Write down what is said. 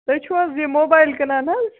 تُہۍ چھُو حظ یہِ موبایل کٕنان حظ